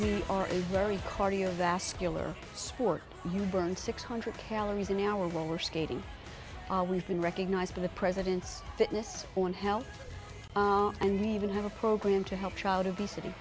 you are a very cardiovascular sport you burn six hundred calories an hour roller skating always been recognized for the president's fitness on health and we even have a program to help child obesity